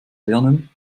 lernen